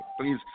please